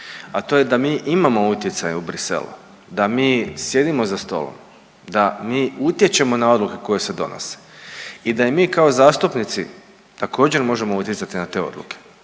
a to je da mi imamo utjecaja u Bruxellesu, da mi sjedimo za stolom, da mi utječemo na odluke koje se donose i da i mi kao zastupnici također možemo utjecati na te odluke